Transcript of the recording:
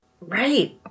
Right